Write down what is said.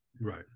right